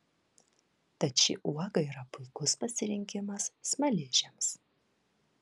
tad ši uoga yra puikus pasirinkimas smaližiams